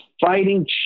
fighting